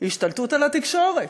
השתלטות על התקשורת.